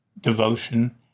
devotion